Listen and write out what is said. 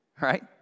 right